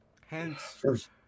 hence